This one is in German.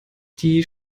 die